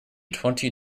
twenty